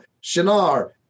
Shinar